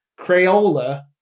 Crayola